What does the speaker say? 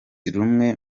rumwe